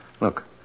Look